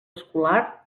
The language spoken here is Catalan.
escolar